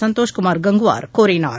சந்தோஷ்குமார் கங்குவார் கூறினார்